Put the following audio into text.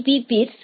பீ பீர்ஸ் ஈ